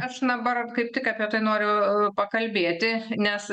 aš dabar ar kaip tik apie tai noriu pakalbėti nes